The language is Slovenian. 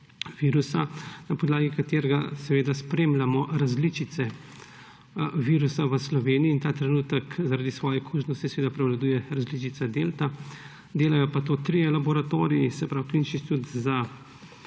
virusa, na podlagi katerega spremljamo različice virusa v Sloveniji. Ta trenutek zaradi svoje kužnosti seveda prevladuje različica delta. Delajo pa to trije laboratoriji, Klinični inštitut za